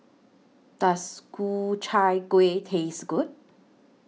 Does Ku Chai Kueh Taste Good